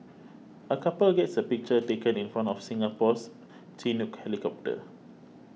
a couple gets a picture taken in front of Singapore's Chinook helicopter